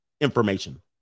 information